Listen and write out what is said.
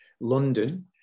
London